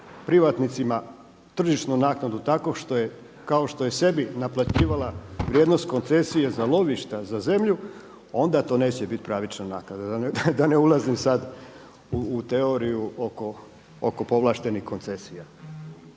privatnicima tržišnu naknadu tako kao što je sebi naplaćivala vrijednost koncesije za lovišta za zemlju, onda to neće biti pravična naknada da ne ulazim sad u teoriju oko povlaštenih koncesija.